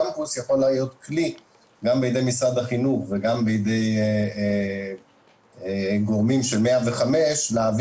קמפוס יכול להיות כלי גם בידי משרד החינוך וגם בידי גורמים של 105 להעביר